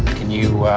but can you